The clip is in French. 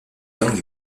yang